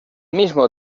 mismo